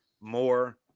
more